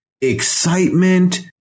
excitement